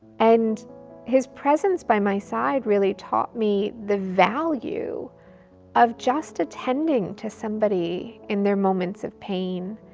and his presence by my side really taught me the value of just attending to somebody in their moments of pain.